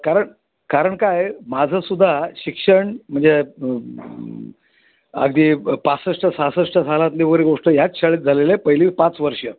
कारण कारण काय माझं सुद्धा शिक्षण म्हणजे अगदी पासष्ट सहासष्ट सालातली वगैरे गोष्ट ह्याच शाळेत झालेलं आहे पहिली पाच वर्षं